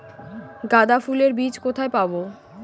গাঁদা ফুলের বীজ কোথায় পাবো?